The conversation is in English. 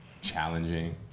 challenging